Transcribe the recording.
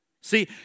See